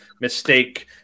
mistake